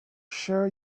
share